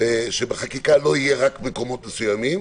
שבחקיקה לא יהיו רק מקומות מסוימים,